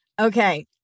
Okay